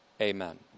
Amen